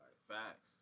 Facts